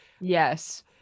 Yes